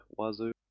Wazoo